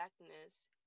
blackness